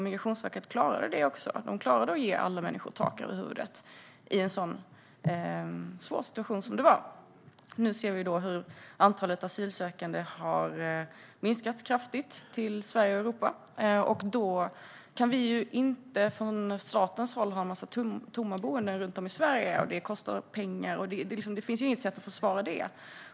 Migrationsverket klarade också att ge alla människor tak över huvudet i den svåra situation som rådde. Antalet asylsökande har nu minskat kraftigt i Sverige och Europa. Då kan vi inte från statens håll ha en massa tomma boenden runt om i Sverige. Det kostar pengar, och det finns inget sätt att försvara det.